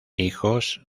hijos